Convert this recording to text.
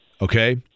okay